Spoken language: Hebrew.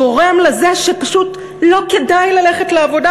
גורם לזה שפשוט לא כדאי ללכת לעבודה,